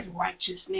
righteousness